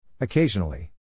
Occasionally